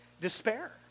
despair